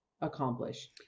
accomplish